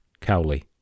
Cowley